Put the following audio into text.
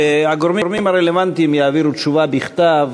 שהגורמים הרלוונטיים יעבירו תשובה בכתב